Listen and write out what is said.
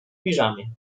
piżamie